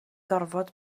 gorfod